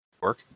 Work